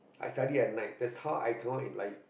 I study at night that's how I join in like